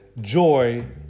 joy